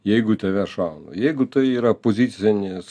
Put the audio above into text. jeigu į tave šaunu jeigu tai yra pozicinis